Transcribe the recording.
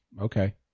Okay